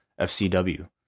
FCW